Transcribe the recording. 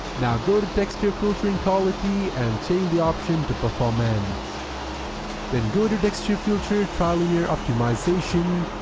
now go to texture filtering quality and change the option to performance then go to texture filtering trilinear optimization,